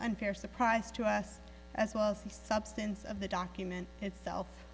unfair surprise to us as well as the substance of the document itself